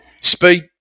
Speed